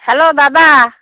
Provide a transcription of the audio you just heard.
hello দাদা